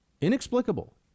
inexplicable